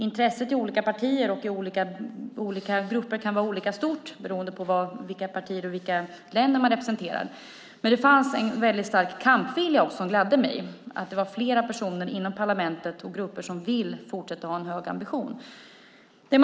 Intresset kan vara olika stort beroende på vilka partier och länder man representerar, men det fanns en väldigt stark kampvilja som gladde mig. Det var flera personer och grupper inom parlamentet som vill fortsätta ha en hög ambition.